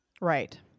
Right